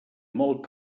molt